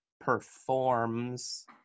Performs